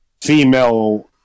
female